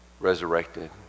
resurrected